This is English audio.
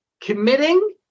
committing